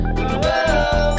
Whoa